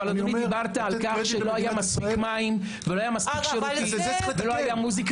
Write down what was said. אבל דיברת על כך שלא היו מספיק מים ולא היו מספיק שירותים